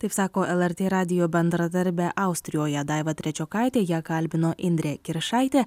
taip sako lrt radijo bendradarbė austrijoje daiva trečiokaitė ją kalbino indrė kiršaitė